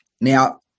Now